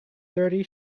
thirty